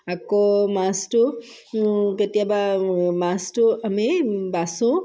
আকৌ মাছটো কেতিয়াবা মাছটো আমি বাচোঁ